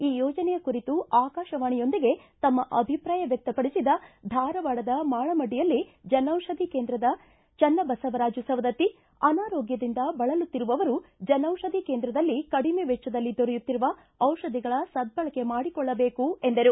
ಈ ಯೋಜನೆಯ ಕುರಿತು ಆಕಾಶವಾಣಿಯೊಂದಿಗೆ ತಮ್ನ ಅಭಿಪ್ರಾಯ ವ್ಯಕ್ತಪಡಿಸಿದ ಧಾರವಾಡದ ಮಾಳಮಡ್ಡಿಯಲ್ಲಿ ಜನೌಷಧಿ ಕೇಂದ್ರದ ಚನ್ನಬಸವರಾಜು ಸವದತ್ತಿ ಅನಾರೋಗ್ಯದಿಂದ ಬಳಲುತ್ತಿರುವವರು ಜನೌಷಧಿ ಕೇಂದ್ರದಲ್ಲಿ ಕಡಿಮೆ ವೆಚ್ಚದಲ್ಲಿ ದೊರೆಯುತ್ತಿರುವ ದಿಷಧಿಗಳ ಸದ್ದಳಕೆ ಮಾಡಿಕೊಳ್ಳಬೇಕು ಎಂದರು